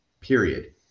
period